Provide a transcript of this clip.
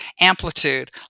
amplitude